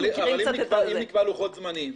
נקבע לוחות זמנים.